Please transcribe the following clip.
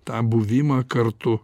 tą buvimą kartu